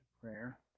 prayer